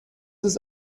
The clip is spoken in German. ist